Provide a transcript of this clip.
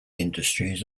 industries